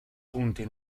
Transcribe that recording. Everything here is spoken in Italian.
punti